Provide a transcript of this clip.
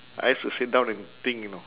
I used to sit down and think you know